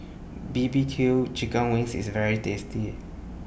B B Q Chicken Wings IS very tasty